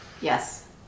Yes